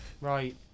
Right